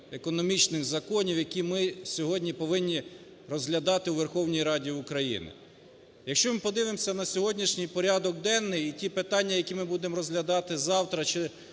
економічних законів, який ми сьогодні повинні розглядати у Верховній Раді України? Якщо ми подивимося на сьогоднішній порядок денний і ті питання, які ми будемо розглядати завтра